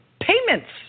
payments